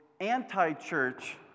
anti-church